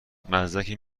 مزدک